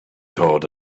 told